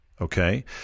okay